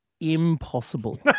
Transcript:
impossible